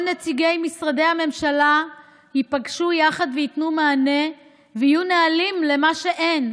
כל נציגי משרדי הממשלה ייפגשו יחד וייתנו מענה ויהיו נהלים למה שאין,